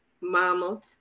Mama